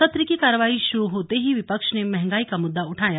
सत्र की कार्रवाई शुरू होते ही विपक्ष ने महंगाई का मुद्दा उठाया